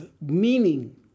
Meaning